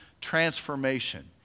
transformation